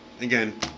again